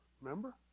remember